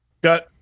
got